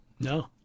No